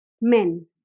men